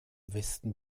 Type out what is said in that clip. westen